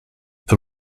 the